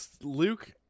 Luke